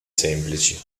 semplici